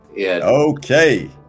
Okay